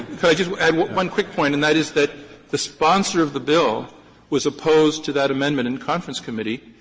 could i just add one quick point, and that is that the sponsor of the bill was opposed to that amendment in conference committee,